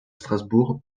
strasbourg